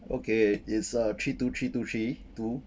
okay it's uh three two three two three two